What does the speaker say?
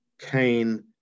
Cain